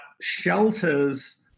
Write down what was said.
shelters